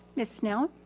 ms. snell.